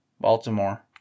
Baltimore